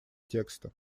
текста